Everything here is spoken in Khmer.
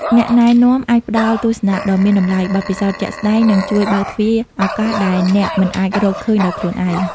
អ្នកណែនាំអាចផ្តល់ទស្សនៈដ៏មានតម្លៃ បទពិសោធន៍ជាក់ស្តែង និងជួយបើកទ្វារឱកាសដែលអ្នកមិនអាចរកឃើញដោយខ្លួនឯង។